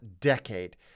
decade